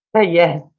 Yes